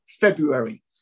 February